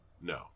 no